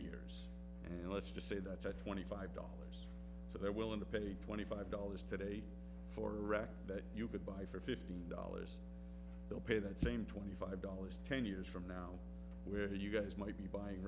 years and let's just say that's a twenty five dollars so they're willing to pay twenty five dollars today for a rack that you could buy for fifteen dollars they'll pay that same twenty five dollars ten years from now where you guys might be buying